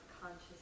consciousness